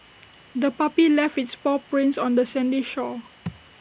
the puppy left its paw prints on the sandy shore